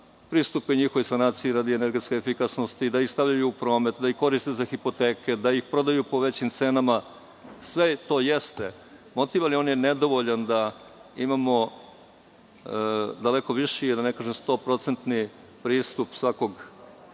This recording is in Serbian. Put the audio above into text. pristupe njihovoj sanaciji radi energetske efikasnosti, da ih stavljaju u promet, da ih koriste za hipoteke, da ih prodaju po većim cenama, sve to jeste motiv, ali on je nedovoljan da imamo daleko viši, da ne kažem stoprocentni pristup svakog